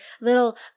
little